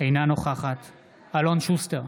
אינה נוכחת אלון שוסטר,